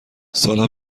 سالها